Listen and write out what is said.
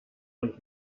und